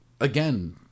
Again